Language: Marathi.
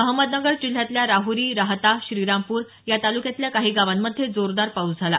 अहमदनगर जिल्ह्यातल्या राहरी राहाता श्रीरामपूर या तालुक्यातल्या काही गावांमध्ये जोरदार पाऊस पडला